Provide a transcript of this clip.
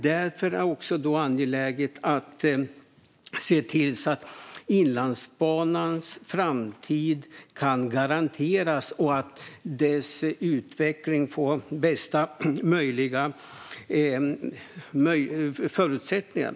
Därför är det också angeläget att se till att Inlandsbanans framtid kan garanteras och att dess utveckling får bästa möjliga förutsättningar.